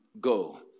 go